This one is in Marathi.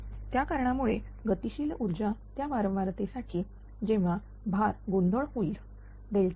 म्हणून त्या कारणामुळे गतिशील ऊर्जा त्या वारंवार ते साठी जेव्हा भार गोंधळ होईल f0f